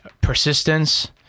persistence